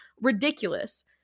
ridiculous